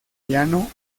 piano